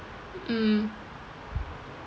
mm